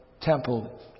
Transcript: temple